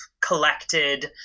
collected